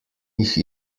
jih